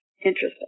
Interesting